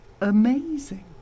amazing